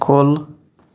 کُل